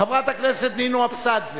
חברת הכנסת נינו אבסדזה